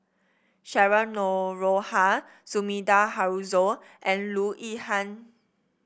Cheryl Noronha Sumida Haruzo and Loo Yihan